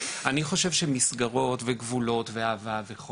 אני לא אומר שרק אהבה במובן הרגיל.